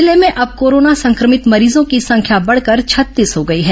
जिले में अब कोरोना संक्रमित मरीजों की संख्या बढ़कर छत्तीस हो गई है